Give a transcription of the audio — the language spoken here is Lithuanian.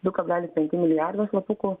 du kablelis penki milijardo lapukų